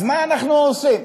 אז מה אנחנו עושים?